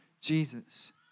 Jesus